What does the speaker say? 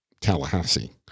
Tallahassee